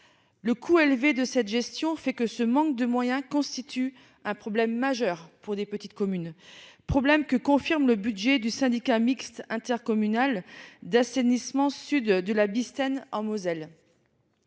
Le coût élevé de cette gestion fait que ce manque de moyens constitue un problème majeur pour des petites communes problème que confirme le budget du syndicat mixte intercommunal d'assainissement sud de la bise en Moselle.